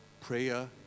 prayer